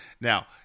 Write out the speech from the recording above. Now